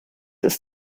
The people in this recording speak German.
ist